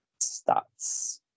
Stats